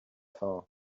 fin